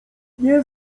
nie